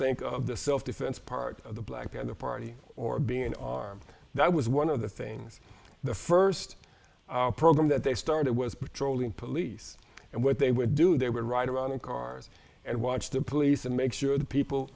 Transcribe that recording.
think of the self defense part of the black panther party or being that was one of the things the first program that they started was patrolling police and what they would do they would ride around in cars and watch the police and make sure the people